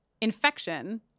infection